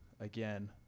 Again